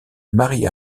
marie